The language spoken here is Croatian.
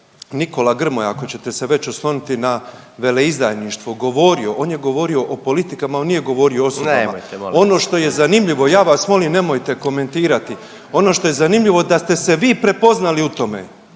Nikola Grmoja ako ćete se već osloniti na veleizdajništvo govorio, on je govorio o politikama, on nije govorio osobno o vama. …/Upadica predsjednik: Nemojte molim vas!/… Ono što je zanimljivo, ja vas molim nemojte komentirati. Ono što je zanimljivo da ste se vi prepoznali u tome.